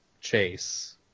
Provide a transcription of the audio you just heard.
Chase